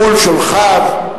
מול שולחיו,